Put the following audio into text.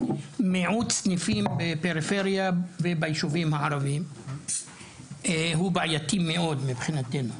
מיעוט סניפים בפריפריה וביישובים הערבים הוא בעייתי מאוד מבחינתנו.